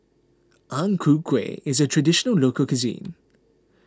Ang Ku Kueh is a Traditional Local Cuisine